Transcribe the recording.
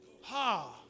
Ha